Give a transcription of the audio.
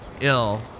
ill